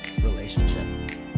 relationship